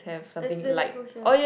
let's then let's go here